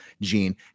Gene